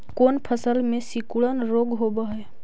कोन फ़सल में सिकुड़न रोग होब है?